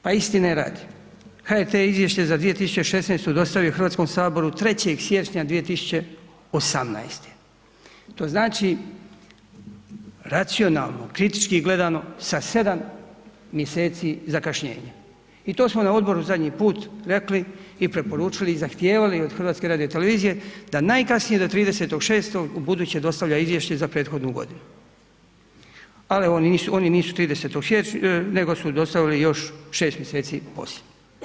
Pa istine radi, HRT je izvješće za 2016. dostavio Hrvatskom saboru 3. siječnja 2018., to znači racionalno, kritički gledano, sa 7 mjeseci zakašnjenja, i to smo na odboru zadnji put rekli i preporučili i zahtijevali od HRT-a d najkasnije do 30. 6. ubuduće dostavlja izvješće za prethodnu godinu. ali oni nisu 30. siječnja nego su dostavili još 6 mj. poslije.